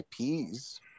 IPs